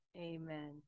Amen